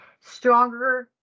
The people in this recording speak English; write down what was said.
stronger